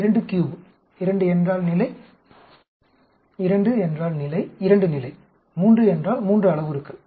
23 2 என்றால் 2 நிலை 3 என்றால் 3 அளவுருக்கள்